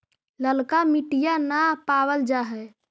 ललका मिटीया न पाबल जा है?